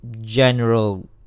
general